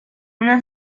una